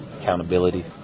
accountability